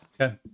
Okay